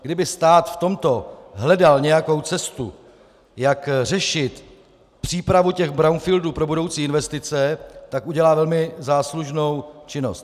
Kdyby stát v tomto hledal nějakou cestu, jak řešit přípravu brownfieldů pro budoucí investice, tak udělá velmi záslužnou činnost.